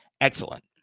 excellent